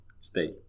stay